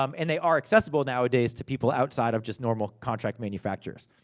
um and they are accessible nowadays to people outside of just normal contract manufacturers.